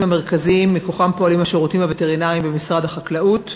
המרכזיים שמכוחם פועלים השירותים הווטרינריים במשרד החקלאות.